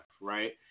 right